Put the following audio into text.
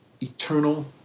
eternal